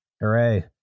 Hooray